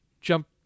jump